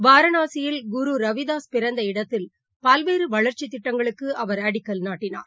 வாரணாசியில் குரு ரவிதாஸ் பிறந்த இடத்தில் பல்வேறுவளர்ச்சிதிட்டங்களுக்குஅடிக்கல் நாட்டினார்